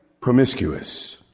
promiscuous